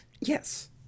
Yes